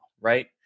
right